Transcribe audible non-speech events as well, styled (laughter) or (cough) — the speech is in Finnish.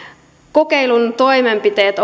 kokeilun toimenpiteet (unintelligible)